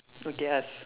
okay ask